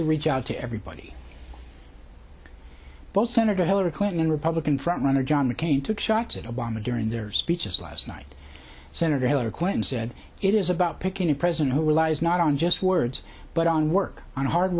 to reach out to everybody both senator hillary clinton and republican front runner john mccain took shots at obama during their speeches last night senator hillary clinton said it is about picking a president who relies not on just words but on work on hard